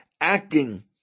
acting